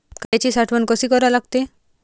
कांद्याची साठवन कसी करा लागते?